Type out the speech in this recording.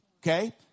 Okay